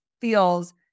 feels